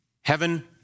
Heaven